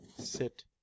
sit